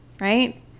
right